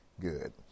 Good